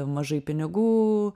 mažai pinigų